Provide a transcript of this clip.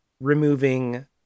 removing